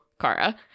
Kara